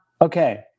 okay